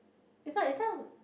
it's not there was a